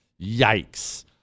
Yikes